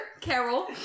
Carol